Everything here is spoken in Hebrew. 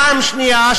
פעם שנייה,